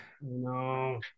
No